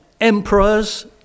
emperors